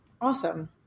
Awesome